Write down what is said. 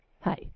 Hi